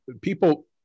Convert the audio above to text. people